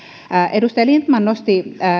edustaja lindtman nosti